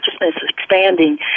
consciousness-expanding